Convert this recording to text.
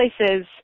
places